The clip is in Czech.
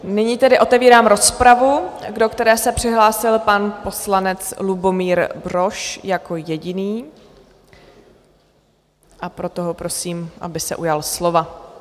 Nyní tedy otevírám rozpravu, do které se přihlásil pan poslanec Lubomír Brož jako jediný, a proto ho prosím, aby se ujal slova.